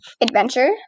adventure